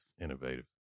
Innovative